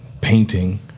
painting